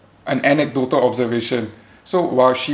an anecdotal observation so while she